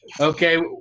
Okay